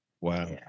Wow